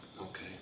Okay